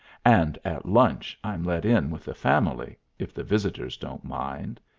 and at lunch i'm let in with the family, if the visitors don't mind.